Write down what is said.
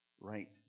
right